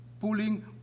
pulling